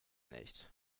nicht